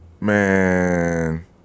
Man